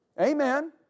Amen